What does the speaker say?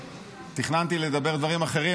תכננתי לדבר על דברים אחרים,